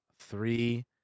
Three